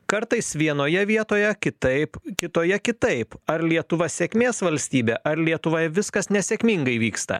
kartais vienoje vietoje kitaip kitoje kitaip ar lietuva sėkmės valstybė ar lietuvoj viskas nesėkmingai vyksta